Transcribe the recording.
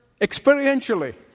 experientially